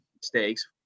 mistakes